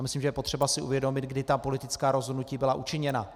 Myslím, že je potřeba si uvědomit, kdy ta politická rozhodnutí byla učiněna.